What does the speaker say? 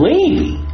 Lady